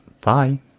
bye